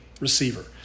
receiver